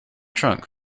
trunk